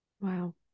Wow